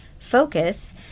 Focus